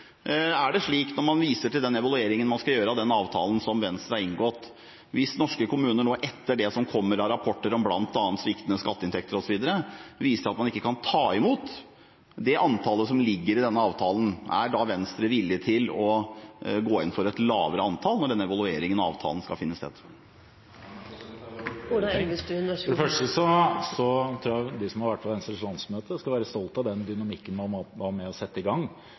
det er slik – og man viser til den evalueringen man skal gjøre av den avtalen som Venstre har inngått – at norske kommuner, etter det som kommer av rapporter om bl.a. sviktende skatteinntekter osv., ikke kan ta imot det antallet som ligger i denne avtalen, er da Venstre villig til å gå inn for et lavere antall? For det første tror jeg at de som har vært på Venstres landsmøte, skal være stolte av den dynamikken man var med på å sette i gang.